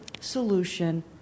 solution